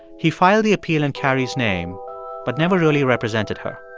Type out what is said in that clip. he filed the appeal in carrie's name but never really represented her.